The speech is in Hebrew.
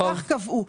כך קבעו.